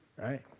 Right